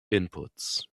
inputs